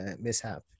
mishap